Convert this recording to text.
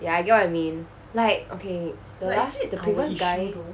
ya I get what you mean like okay the last the previous guy